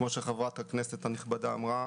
כפי שחברת הכנסת הנכבדה אמרה,